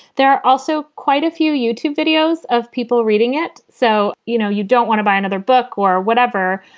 there are also quite a few youtube videos of people reading it. so, you know, you don't want to buy another book or whatever.